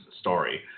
story